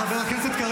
חברת הכנסת בן